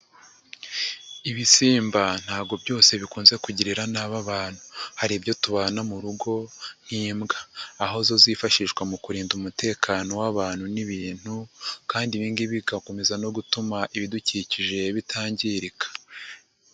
Ibisimba ntabwo byose bikunze kugirira nabi abantu, hari ibyo tubana mu rugo nk'imbwa, aho zifashishwa mu kurinda umutekano w'abantu n'ibintu, kandi ibingibi bigakomeza no gutuma ibidukikije bitangirika.